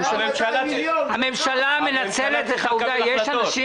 לממשלה --- הממשלה מנצלת --- יש אנשים